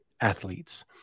athletes